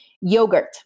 Yogurt